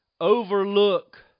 overlook